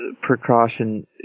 precaution